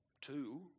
two